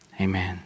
amen